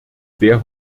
sehr